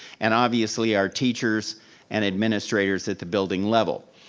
and obviously our teachers and administrators at the building level.